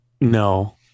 No